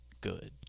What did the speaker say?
good